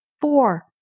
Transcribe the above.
four